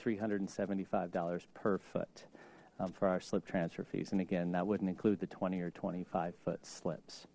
three hundred and seventy five dollars per foot for our slip transfer fees and again that wouldn't include the twenty or twenty five foot slips